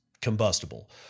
combustible